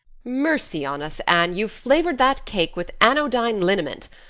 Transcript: mercy on us, anne, you've flavored that cake with anodyne liniment.